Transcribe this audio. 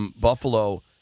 Buffalo